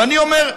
ואני אומר,